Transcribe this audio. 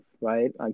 right